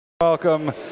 Welcome